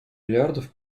миллиардов